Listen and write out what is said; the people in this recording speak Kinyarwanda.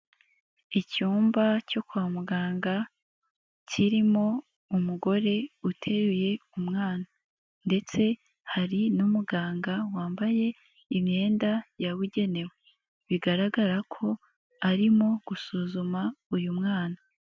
Icyumba cyo kwa muganga kirimo umugore uteruye umwana ndetse hari n'umuganga wambaye imyenda yabugenewe, bigaragara ko arimo gusuzuma uyu mwana.